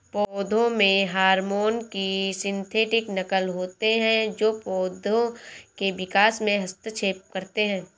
पौधों के हार्मोन की सिंथेटिक नक़ल होते है जो पोधो के विकास में हस्तक्षेप करते है